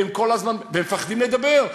והם מפחדים לדבר,